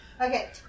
Okay